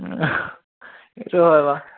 সেইটো হয় বাৰু